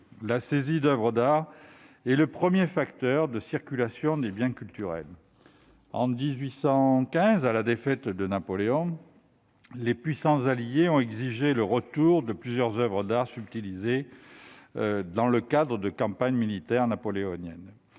la saisie d'oeuvres d'art est le premier facteur de circulation des biens culturels. En 1815, après la défaite de Napoléon, les puissances alliées ont exigé le retour de plusieurs oeuvres subtilisées dans le cadre des campagnes militaires menées